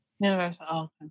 Universal